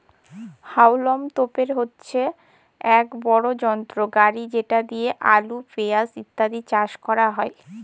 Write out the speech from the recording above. হাউলম তোপের হচ্ছে এক বড় যন্ত্র গাড়ি যেটা দিয়ে আলু, পেঁয়াজ ইত্যাদি চাষ করা হয়